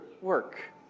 work